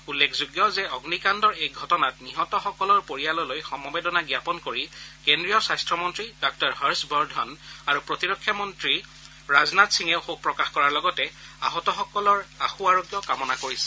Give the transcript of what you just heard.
উল্লেখযোগ্য যে অগ্নিকাণ্ডৰ এই ঘটনাত নিহতসকলৰ পৰিয়াললৈ সমবেদনা জাপন কৰি কেন্দ্ৰীয় স্বাস্থ্যমন্ত্ৰী ডাঃ হৰ্ষ বৰ্ধন আৰু প্ৰতিৰক্ষা মন্ত্ৰী ৰাজনাথ সিঙেও শোক প্ৰকাশ কৰাৰ লগতে আহতসকলৰ আশু আৰোগ্য কামনা কৰিছে